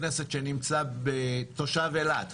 בחרנו מספר אנשים ולבסוף נבחרו המכובדים שנמצאים איתנו כאן